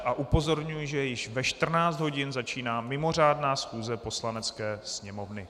A upozorňuji, že již ve 14 hodin začíná mimořádná schůze Poslanecké sněmovny.